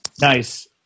Nice